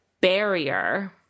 barrier